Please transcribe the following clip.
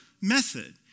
method